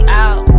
out